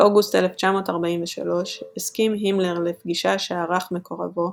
באוגוסט 1943 הסכים הימלר לפגישה שערך מקורבו,